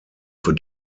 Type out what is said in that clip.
für